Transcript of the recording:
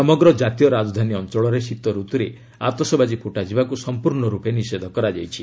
ସମଗ୍ର ଜାତୀୟ ରାଜଧାନୀ ଅଞ୍ଚଳରେ ଶୀତଋତୁରେ ଆତଶବାଜ୍ଞୀ ଫୁଟାଯିବାକୁ ସଂପୂର୍ଣ୍ଣ ରୂପେ ନିଷେଧ କରାଯାଇଛି